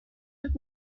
mit